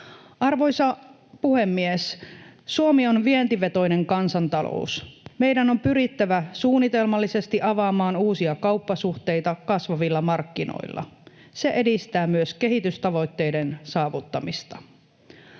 Arvoisa puhemies! Suomi on vientivetoinen kansantalous. Meidän on pyrittävä suunnitelmallisesti avaamaan uusia kauppasuhteita kasvavilla markkinoilla. Se edistää myös kehitystavoitteiden saavuttamista.